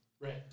Right